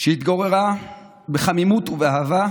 שהתגוררה בחמימות ובאהבה